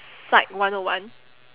psych one O one